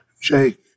Jake